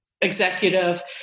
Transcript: executive